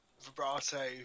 vibrato